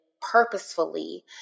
purposefully